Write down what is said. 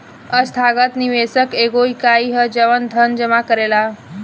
संस्थागत निवेशक एगो इकाई ह जवन धन जामा करेला